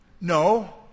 No